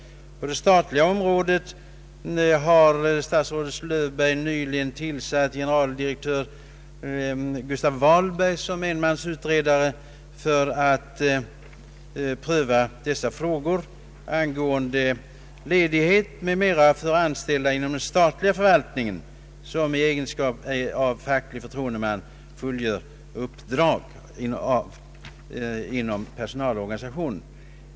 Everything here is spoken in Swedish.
På det statliga området har statsrådet Löfberg nyligen tillsatt generaldirektör Gustav Vahlberg som enmansutredare för att pröva frågor angående ledighet m.m. för anställda inom den statliga förvaltningen som i egenskap av fackliga förtroendemän fullgör uppdrag inom personalorganisation.